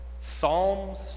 psalms